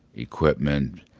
equipment,